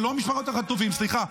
זה לא משפחות החטופים, סליחה.